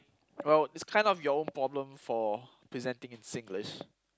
well it's kind of your own problem for presenting in Singlish